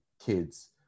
kids